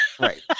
Right